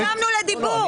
אנחנו נרשמנו לדיבור,